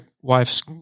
wife's